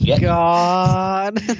god